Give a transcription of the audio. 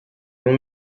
non